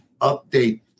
update